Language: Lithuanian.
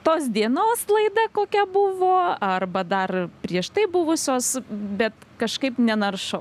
tos dienos laida kokia buvo arba dar prieš tai buvusios bet kažkaip nenaršau